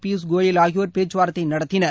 பியூஷ் கோயல் ஆகியோர் பேச்சுவார்த்தை நடத்தினர்